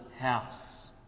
house